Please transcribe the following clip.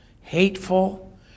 hateful